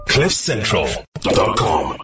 Cliffcentral.com